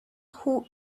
who